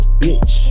bitch